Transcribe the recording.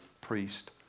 priest